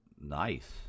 Nice